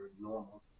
normal